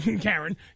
Karen